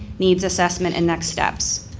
needs assessment, and next steps.